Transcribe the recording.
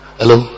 hello